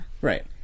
Right